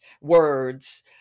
words